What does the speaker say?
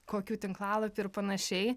kokių tinklalapių ir panašiai